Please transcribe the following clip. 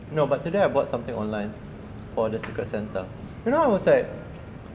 no but today I bought something online for the secret santa and then I was like